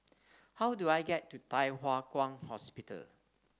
how do I get to Thye Hua Kwan Hospital